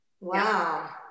Wow